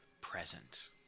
present